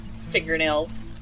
fingernails